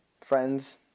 friends